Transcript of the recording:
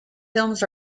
films